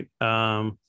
right